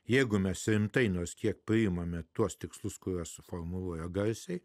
jeigu mes rimtai nors kiek paimame tuos tikslus kuriuos suformuluoja garsiai